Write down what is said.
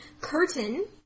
Curtain